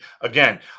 Again